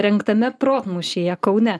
rengtame protmūšyje kaune